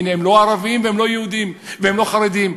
הנה, הם לא ערבים ולא יהודים והם לא חרדים.